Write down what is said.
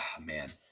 man